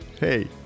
hey